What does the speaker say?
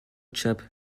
chap